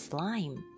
Slime